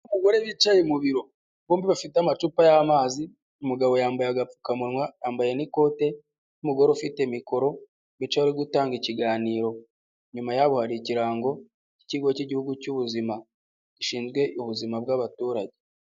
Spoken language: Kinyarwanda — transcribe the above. Mu biro bombi bafite amacupa y'amazi umugabo yambaye agapfukamunwa yambaye n'ikote n'umugore ufite mikoro wica ari gutanga ikiganiro, nyuma yaho hari ikirango ikigo cy'igihugu cy'ubuzima gishinzwe ubuzima bw'abaturage.